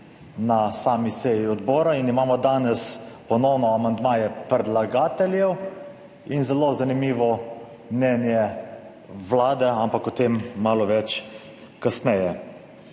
na sami seji odbora in imamo danes ponovno amandmaje predlagateljev in zelo zanimivo mnenje Vlade, ampak o tem malo več kasneje.